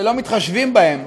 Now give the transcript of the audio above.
שלא מתחשבים בהם.